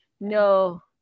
No